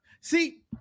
See